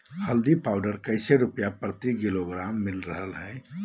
हल्दी पाउडर कैसे रुपए प्रति किलोग्राम मिलता रहा है?